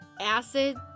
acid